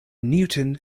newton